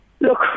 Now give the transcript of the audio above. look